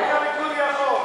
רק הליכוד יכול.